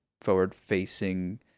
forward-facing